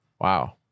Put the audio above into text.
Wow